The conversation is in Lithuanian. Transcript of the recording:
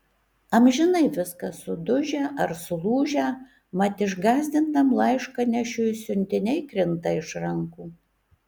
amžinai viskas sudužę ar sulūžę mat išgąsdintam laiškanešiui siuntiniai krinta iš rankų